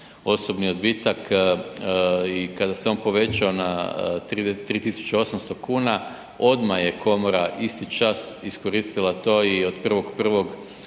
osobni odbitak i kada se on povećao na 3.800 kuna odmah je komora isti čas iskoristila to i od 1.1. čini